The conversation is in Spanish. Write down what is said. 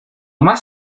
más